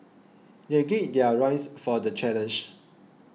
they gird their loins for the challenge